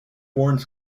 foreign